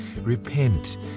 Repent